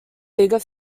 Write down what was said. bigger